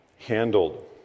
handled